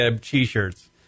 t-shirts